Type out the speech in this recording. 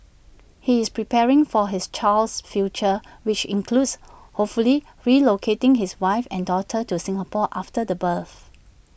he is preparing for his child's future which includes hopefully relocating his wife and daughter to Singapore after the birth